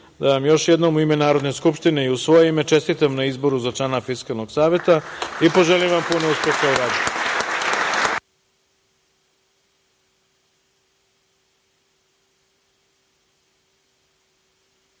da Vam, u ime Narodne skupštine i u svoje ime, čestitam na izboru za člana Fiskalnog saveta i poželim Vam puno uspeha u